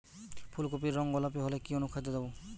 ফুল কপির রং গোলাপী হলে কি অনুখাদ্য দেবো?